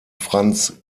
franz